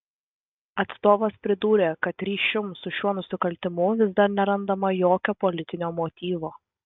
atstovas pridūrė kad ryšium su šiuo nusikaltimu vis dar nerandama jokio politinio motyvo